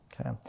okay